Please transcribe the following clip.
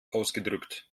ausgedrückt